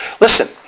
Listen